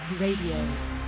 Radio